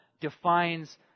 defines